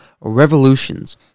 revolutions